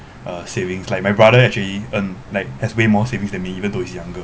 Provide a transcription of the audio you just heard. uh savings like my brother actually earn like has way more savings then me even though he's younger